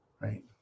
right